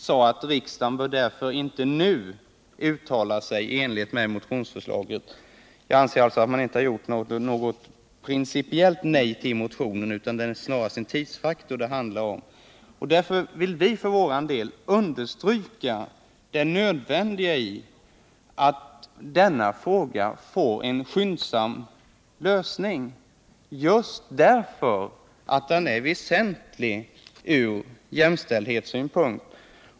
Man sade: ”Riksdagen bör därför nu inte uttala sig i enlighet med motionsförslaget.” Jag anser att man därmed inte sagt ett principiellt nej till motionsförslaget. Det handlar snarare om en tidsfaktor. Vi vill understryka det nödvändiga i att denna fråga får en skyndsam lösning, just därför att den är väsentlig från jämställdhetssynpunkt.